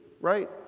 right